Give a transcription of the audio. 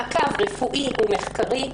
מעקב רפואי ומחקרי.